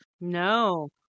no